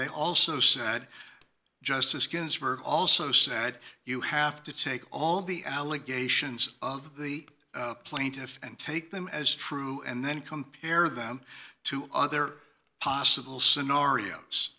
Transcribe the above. they also said justice ginsburg also said you have to take all the allegations of the plaintiff and take them as true and then compare them to other possible scenarios